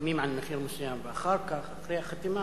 ומסכמים על מחיר מסוים, ואחר כך, אחרי החתימה,